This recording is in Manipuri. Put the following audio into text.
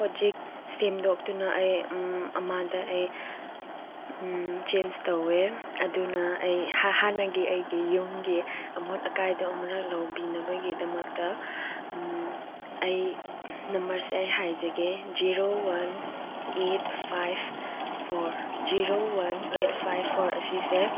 ꯍꯧꯖꯤꯛ ꯁꯦꯝꯗꯣꯛꯇꯨꯅ ꯑꯩ ꯑꯃꯗ ꯑꯩ ꯆꯦꯟꯖ ꯇꯧꯋꯦ ꯑꯗꯨꯅ ꯑꯩ ꯍꯥꯟꯅꯒꯤ ꯑꯩꯒꯤ ꯌꯨꯝꯒꯤ ꯑꯃꯣꯠ ꯑꯀꯥꯏꯗꯣ ꯑꯃꯨꯔꯛ ꯂꯧꯕꯤꯅꯕꯒꯤꯗꯃꯛꯇ ꯑꯩ ꯅꯝꯕꯔꯁꯦ ꯑꯩ ꯍꯥꯏꯖꯒꯦ zero one eight five four zero one eight five four ꯑꯁꯤꯁꯦ